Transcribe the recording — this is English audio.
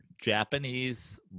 Japanese